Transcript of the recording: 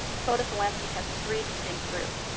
photophilanthropy has three distinct groups,